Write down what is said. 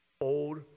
old